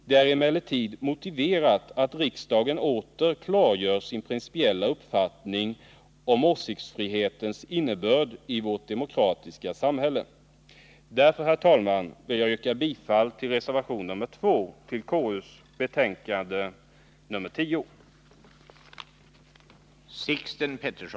Det är emellertid motiverat att riksdagen åter klargör sin principiella uppfattning om åsiktsfrihetens innebörd i vårt demokratiska samhälle. Därför, herr talman, ber jag att få yrka bifall till reservationen 2 vid konstitutionsutskottets betänkande nr 10.